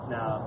Now